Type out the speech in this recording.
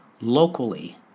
locally